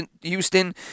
Houston